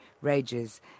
rages